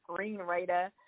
screenwriter